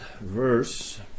verse